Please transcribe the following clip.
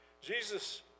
Jesus